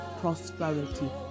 prosperity